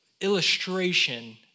illustration